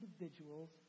individuals